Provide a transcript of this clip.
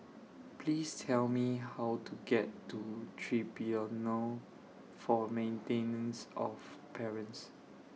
Please Tell Me How to get to Tribunal For Maintenance of Parents